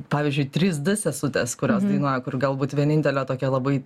pavyzdžiui trys sesutės kurios dainuoja kur galbūt vienintelė tokia labai